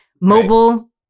Mobile